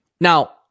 Now